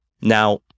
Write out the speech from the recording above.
Now